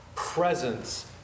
Presence